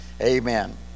Amen